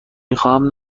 میخواهم